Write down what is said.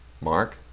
Mark